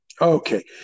Okay